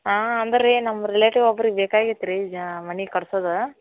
ಹಾಂ ಅಂದರೆ ರೀ ನಮ್ಮ ರಿಲೇಟಿವ್ ಒಬ್ರಿಗೆ ಬೇಕಾಗಿತ್ತು ರೀ ಜಾ ಮನೆ ಕಟ್ಸೋದು